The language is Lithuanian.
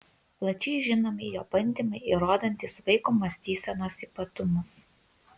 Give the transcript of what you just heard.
plačiai žinomi jo bandymai įrodantys vaiko mąstysenos ypatumus